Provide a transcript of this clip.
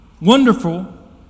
Wonderful